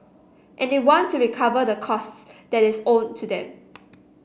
and they want to recover the costs that is owed to them